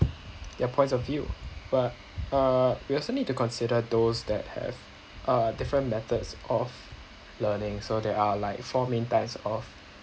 their points of view but uh we also need to consider those that have uh different methods of learning so there are like four main types of